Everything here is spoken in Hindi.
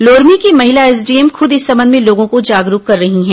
लोरमी की महिला एसडीएम खुद इस संबंध में लोगों को जागरूक कर रही है